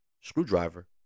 screwdriver